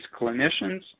clinicians